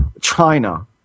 China